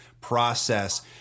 process